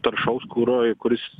taršaus kuro kuris